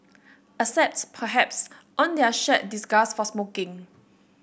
except perhaps on their shared disgust for smoking